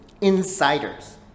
insiders